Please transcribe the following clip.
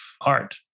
art